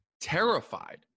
Terrified